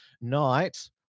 night